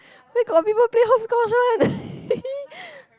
where got people play hopscotch [one]